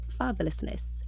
fatherlessness